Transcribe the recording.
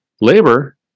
Labor